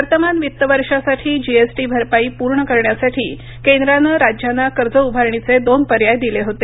वर्तमान वित्त वर्षासाठी जीएसटी भरपाई पूर्ण करण्यासाठी केंद्रानं राज्यांना कर्ज उभारणीचे दोन पर्याय दिले होते